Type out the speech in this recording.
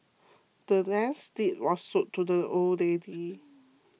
the land's deed was sold to the old lady